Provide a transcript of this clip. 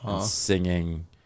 singing